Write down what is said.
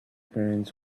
parents